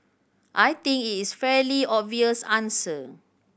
I think it's fairly obvious answer